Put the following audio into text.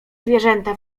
zwierzęta